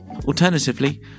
Alternatively